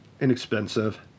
inexpensive